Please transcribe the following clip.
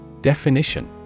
Definition